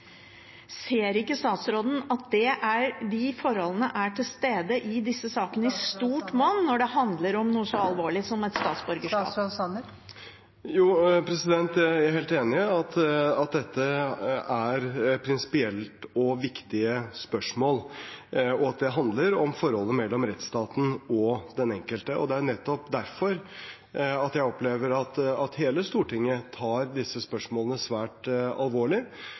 Ser ikke statsråden at de forholdene er til stede i disse sakene i stort monn når det handler om noe så alvorlig som et statsborgerskap? Jo, jeg er helt enig i at dette er prinsipielle og viktige spørsmål, og at det handler om forholdet mellom rettsstaten og den enkelte. Det er nettopp derfor jeg opplever at hele Stortinget tar disse spørsmålene svært alvorlig,